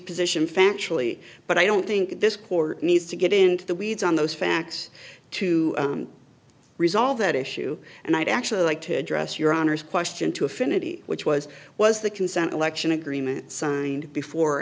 factually but i don't think this court needs to get into the weeds on those facts to resolve that issue and i'd actually like to address your honor's question to affinity which was was the consent election agreement signed before or